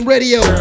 Radio